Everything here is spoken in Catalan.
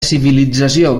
civilització